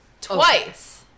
Twice